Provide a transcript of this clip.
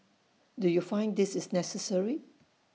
do you find this is necessary